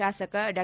ಶಾಸಕ ಡಾ